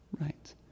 Right